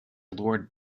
lord